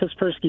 Kaspersky